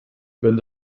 wenn